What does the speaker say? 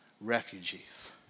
refugees